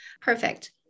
Perfect